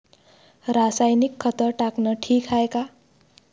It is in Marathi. रासायनिक खत टाकनं ठीक हाये का?